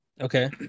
Okay